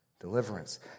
deliverance